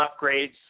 upgrades